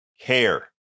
care